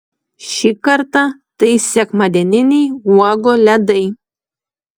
šį kartą tai sekmadieniniai uogų ledai